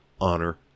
honor